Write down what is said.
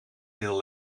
heel